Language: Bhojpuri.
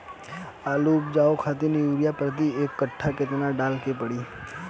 आलू उपजावे खातिर यूरिया प्रति एक कट्ठा केतना डाले के पड़ी?